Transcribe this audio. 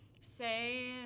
say